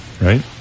Right